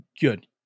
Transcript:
good